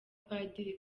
padiri